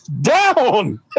down